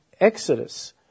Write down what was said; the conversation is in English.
exodus